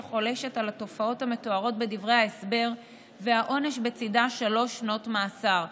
שחולשת על התופעות המתוארות בדברי ההסבר והעונש בצידה שלוש שנות מאסר.